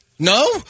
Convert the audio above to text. No